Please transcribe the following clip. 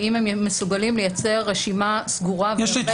האם הם מסוגלים לייצר רשימה סגורה והרמטית.